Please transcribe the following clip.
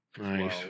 nice